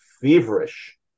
feverish